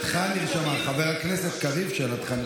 חבר הכנסת קריב, שאלתך נרשמה.